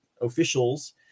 officials